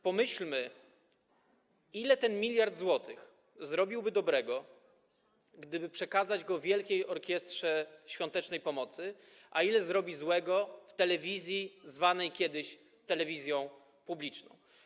Pomyślmy, ile ten 1 mld zł zrobiłby dobrego, gdyby przekazać go Wielkiej Orkiestrze Świątecznej Pomocy, a ile zrobi złego w telewizji, zwanej kiedyś telewizją publiczną.